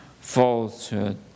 falsehood